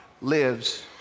lives